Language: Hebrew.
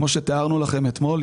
כפי שתיארנו לכם אתמול,